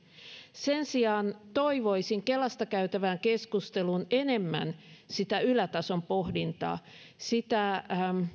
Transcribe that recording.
sen sijaan toivoisin kelasta käytävään keskusteluun enemmän sitä ylätason pohdintaa sitä